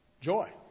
Joy